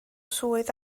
swydd